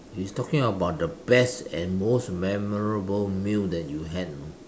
it's talking about the best and most memorable meal you that you had you know